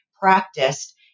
practiced